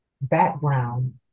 background